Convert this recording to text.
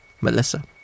Melissa